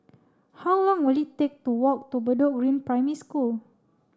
how long will it take to walk to Bedok Green Primary School